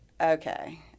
okay